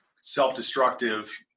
self-destructive